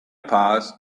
passed